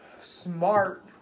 smart